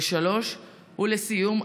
3. ולסיום,